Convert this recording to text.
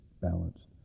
balanced